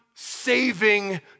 Saving